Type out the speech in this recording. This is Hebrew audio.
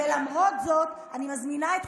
תודה רבה, חברת הכנסת